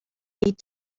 need